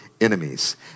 enemies